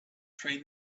train